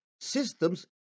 Systems